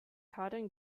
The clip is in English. cotton